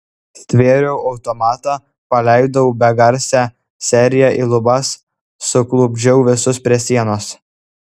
stvėriau automatą paleidau begarsę seriją į lubas suklupdžiau visus prie sienos